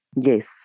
yes